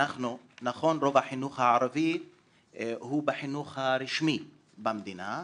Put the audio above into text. נכון, רוב החינוך הערבי הוא בחינוך הרשמי במדינה,